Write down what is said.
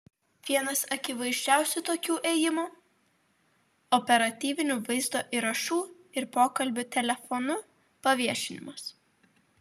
vienas akivaizdžiausių tokių ėjimų operatyvinių vaizdo įrašų ir pokalbių telefonu paviešinimas